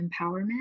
empowerment